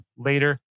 Later